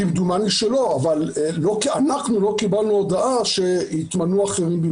אנחנו לא קיבלנו הודעה שהתמנו אחרים במקומם.